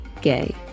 Gay